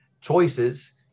choices